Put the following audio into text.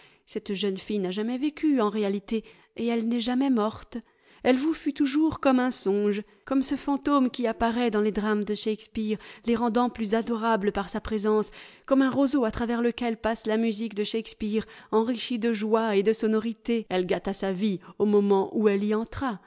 cette jeune fdle n'a jamais vécu en réalité et elle n'est jamais morte elle vous fut toujours comme un songe comme ce fantôme qui apparaît dans les drames de shakespeare les rendant plus adorables par sa présence comme un roseau à travers lequel passe la musique de shakespeare enrichie de joie et de sonorité elle gâta sa vie au moment où elle y entra